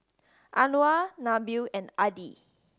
Anuar Nabil and Adi